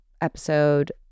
episode